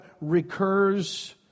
recurs